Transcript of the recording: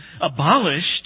abolished